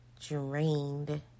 drained